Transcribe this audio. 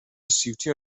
siwtio